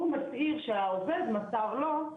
הוא מצהיר שהעובד מסר לו,